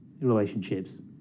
relationships